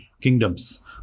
kingdoms